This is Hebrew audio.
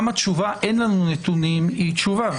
גם התשובה "אין לנו נתונים" היא תשובה,